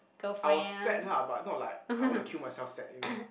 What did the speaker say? I was sad lah but not like I want to kill myself sad you know